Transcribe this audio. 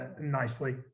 nicely